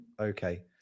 okay